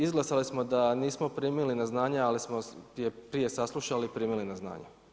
Izglasali smo da nismo primili na znanje ali smo je prije saslušali i primili na znanje.